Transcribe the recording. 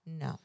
No